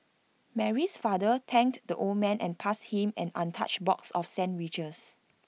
Mary's father thanked the old man and passed him an untouched box of sandwiches